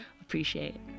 appreciate